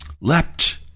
leapt